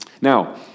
Now